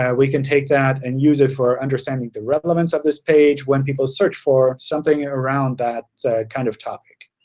and we can take that and use it for understanding the relevance of this page when people search for something around that kind of topic.